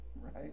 right